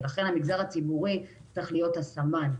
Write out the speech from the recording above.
ולכן המגזר הציבורי צריך להיות הסמן,